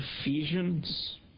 Ephesians